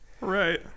Right